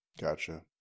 Gotcha